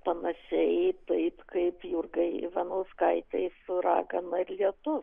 panašiai taip kaip jurgai ivanauskaitei su ragana ir lietus